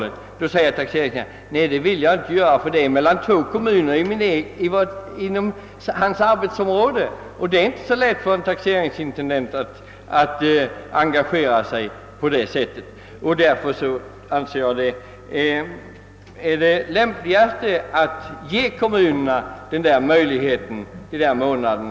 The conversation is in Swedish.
Men det vill inte taxeringsintendenten göra, eftersom det rör två kommuner inom hans eget arbetsområde. Det är inte så lätt för en taxeringsintendent att engagera sig på det sättet. Därför anser jag att det är det lämpligaste att ge kommunerna dessa två månader.